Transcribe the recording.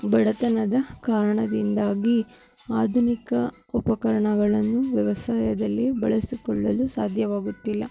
ಬಡತನದ ಕಾರಣದಿಂದಾಗಿ ಆಧುನಿಕ ಉಪಕರಣಗಳನ್ನು ವ್ಯವಸಾಯದಲ್ಲಿ ಬಳಸಿಕೊಳ್ಳಲು ಸಾಧ್ಯವಾಗುತ್ತಿಲ್ಲ